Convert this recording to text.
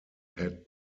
had